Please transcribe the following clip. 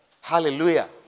Hallelujah